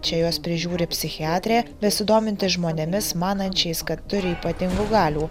čia juos prižiūri psichiatrė besidominti žmonėmis manančiais kad turi ypatingų galių